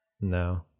No